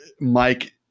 Mike